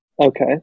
Okay